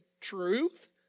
truth